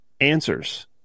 answers